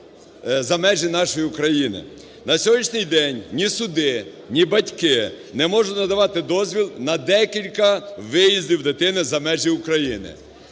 На сьогоднішній день ні суди, ні батьки не можуть надавати дозвіл на декілька виїздів дитини за межі України.